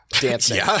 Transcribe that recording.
dancing